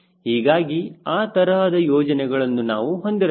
ಹೀಗಾಗಿ ಆ ತರಹದ ಯೋಜನೆಗಳನ್ನು ನಾವು ಹೊಂದಿರಬೇಕು